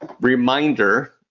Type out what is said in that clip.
reminder